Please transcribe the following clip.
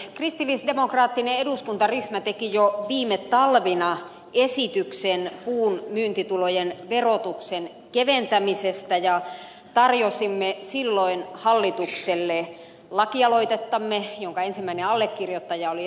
kristillisdemokraattinen eduskuntaryhmä teki jo viime talvena esityksen puun myyntitulojen verotuksen keventämisestä ja tarjosimme silloin hallitukselle lakialoitettamme jonka ensimmäinen allekirjoittaja oli ed